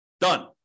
Done